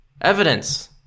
evidence